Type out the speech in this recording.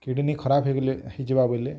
kidney ଖରାପ ହେଇଗଲେ ହେଇଯିବା ବଇଲେ